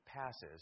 passes